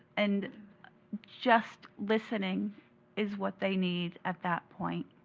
and just listening is what they need at that point.